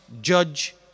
judge